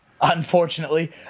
Unfortunately